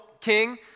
king